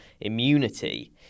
immunity